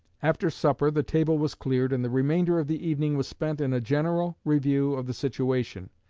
after supper the table was cleared, and the remainder of the evening was spent in a general review of the situation,